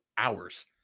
Hours